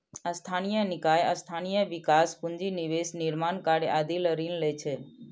स्थानीय निकाय स्थानीय विकास, पूंजी निवेश, निर्माण कार्य आदि लए ऋण लै छै